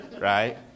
Right